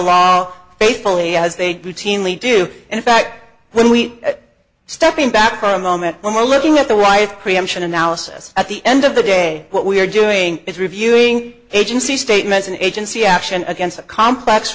law faithfully as they routinely do in fact when we stepping back for a moment when we're looking at the right preemption analysis at the end of the day what we're doing is reviewing agency statements and agency action against a complex